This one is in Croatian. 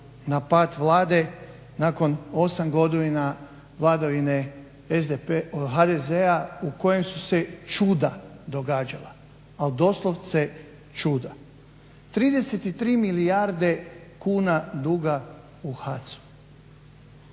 na pad Vlade nakon 8 godina vladavine HDZ-a u kojoj su se čuda događala ali doslovce čuda. 33 milijarde kuna duga u HAC-u,